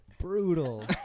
Brutal